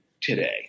today